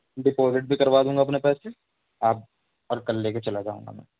deposit بھی کروا دوں گا اپنے پیسے آپ اور کل لے کے چلا جاؤں گا میں